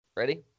ready